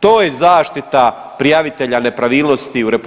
To je zaštita prijavitelja nepravilnosti u RH,